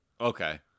Okay